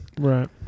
Right